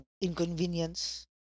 inconvenience